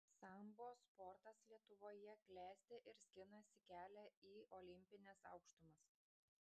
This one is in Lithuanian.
sambo sportas lietuvoje klesti ir skinasi kelią į olimpines aukštumas